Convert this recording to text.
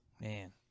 man